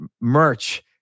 merch